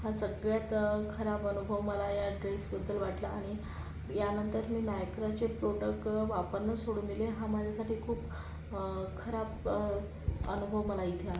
हा सगळ्यात खराब अनुभव मला या ड्रेसबद्दल वाटला आणि यानंतर मी मायक्राचे प्रोटक वापरणं सोडून दिले हा माझ्यासाठी खूप खराब अनुभव मला इथे आला